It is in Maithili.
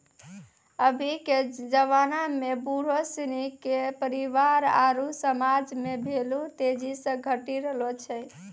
अभी के जबाना में बुढ़ो सिनी के परिवार आरु समाज मे भेल्यू तेजी से घटी रहलो छै